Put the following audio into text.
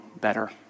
better